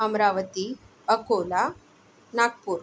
Amravati Akola Nagpur